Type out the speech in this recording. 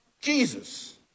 Jesus